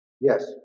Yes